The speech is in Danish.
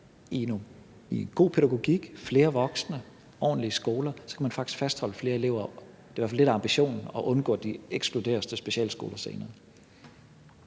i god pædagogik, flere voksne og ordentlige skoler, og så kan man faktisk fastholde flere elever – det er i hvert fald det, der er ambitionen – og undgå, at de ekskluderes til specialskoler senere.